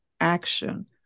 action